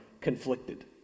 conflicted